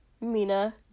Mina